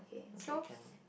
okay can